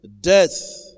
death